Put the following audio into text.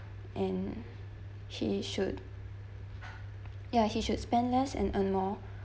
and he should ya he should spend less and earn more